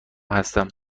هستم